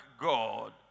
God